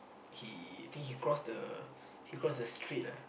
he think he cross the he cross the street ah